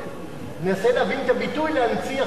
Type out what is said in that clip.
אני מנסה להבין את הביטוי "להנציח שוב".